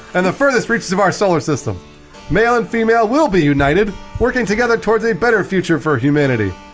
and the farthest reaches of our solar system male and female will be united working together towards a better future for humanity,